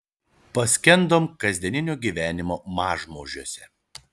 paskendom kasdieninio gyvenimo mažmožiuose